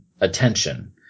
attention